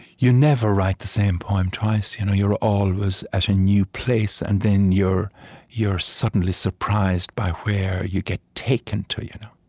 you never write the same poem twice. you know you're always at a new place, and then you're you're suddenly surprised by where you get taken to you know